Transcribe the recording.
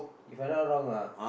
If I not wrong lah